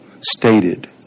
stated